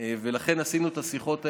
ולכן עשינו את השיחות האלה.